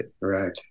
Right